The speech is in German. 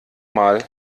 mal